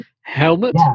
helmet